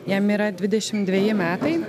jam yra dvidešim dveji metai